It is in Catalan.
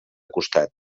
costat